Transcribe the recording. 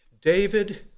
David